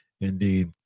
Indeed